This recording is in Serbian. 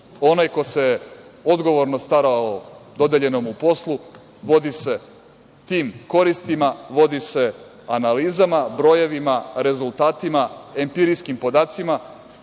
Onaj ko se odgovorno stara o dodeljenom mu poslu vodi se tim koristima, vodi se analizama, brojevima, rezultatima, empirijskim podacima